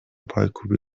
پایکوبی